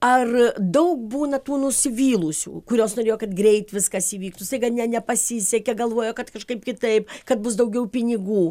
ar daug būna tų nusivylusių kurios norėjo kad greit viskas įvyktų staiga ne nepasisekė galvojo kad kažkaip kitaip kad bus daugiau pinigų